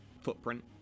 footprint